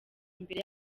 imbere